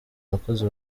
abakozi